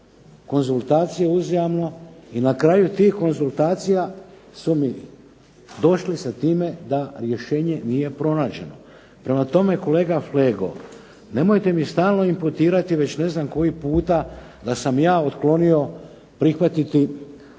konzultacije uzajamno i na kraju tih konzultacija su mi došli sa time da rješenje nije pronađeno. Prema tome kolega Flego, nemojte mi stalno imputirati već ne znam koji puta da sam ja otklonio prihvatiti